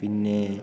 പിന്നെ